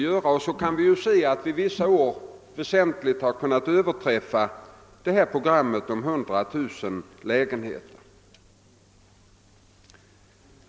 På så sätt har vi vissa år väsentligt kunnat överträffa programmet om 100 000 lägenheter.